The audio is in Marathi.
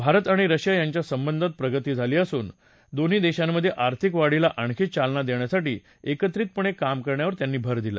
भारत आणि रशिया यांच्या संबंधात प्रगती झाली असून दोन्ही देशांमधे आर्थिक वाढीला आणखी चालना देण्यासाठी एकत्रितपणे काम करण्यावर त्यांनी भर दिला